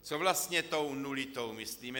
Co vlastně tou nulitou myslím?